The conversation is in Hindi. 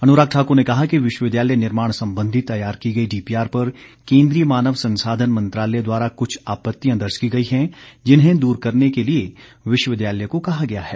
अनुराग ठाकुर ने कहा कि विश्वविद्यालय निर्माण संबंधी तैयार की गई डीपीआर पर केंद्रीय मानव संसाधन मंत्रालय द्वारा कुछ आपत्तियां दर्ज की गई हैं जिन्हें दूर करने के लिए विश्वविद्यालय को कहा गया है